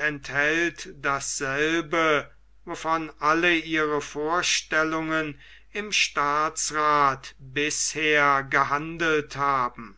enthält dasselbe wovon alle ihre vorstellungen im staatsrath bisher gehandelt haben